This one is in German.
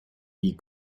die